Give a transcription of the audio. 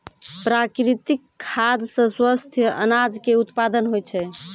प्राकृतिक खाद सॅ स्वस्थ अनाज के उत्पादन होय छै